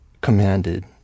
commanded